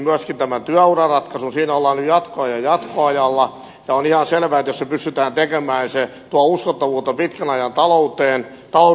siinä ollaan nyt jatkoajan jatkoajalla ja on ihan selvää että jos se pystytään tekemään se tuo uskottavuutta pitkän ajan taloudenhoitoon suomessa